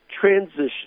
transition